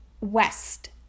West